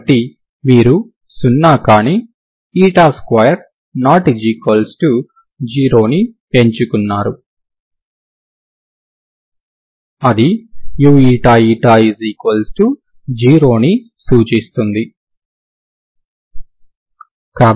కాబట్టి మీరు సున్నా కాని 2≠0 ని ఎంచుకున్నారు అది uηη0 ని సూచిస్తుంది